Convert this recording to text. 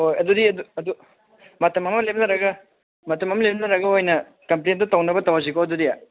ꯍꯣꯏ ꯑꯗꯨꯗꯤ ꯑꯗꯨ ꯝꯇꯝ ꯑꯃ ꯂꯦꯞꯅꯔꯒ ꯃꯇꯝ ꯑꯃ ꯂꯦꯞꯅꯔꯒ ꯑꯣꯏꯅ ꯀꯝꯄ꯭ꯂꯦꯟꯗꯨ ꯇꯧꯅꯕ ꯇꯧꯔꯁꯤꯀꯣ ꯑꯗꯨꯗꯤ